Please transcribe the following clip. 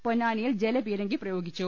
പൊന്നാനിയിൽ ജലപീരങ്കി ഉപയോഗിച്ചു